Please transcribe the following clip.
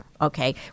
okay